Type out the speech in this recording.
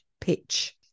pitch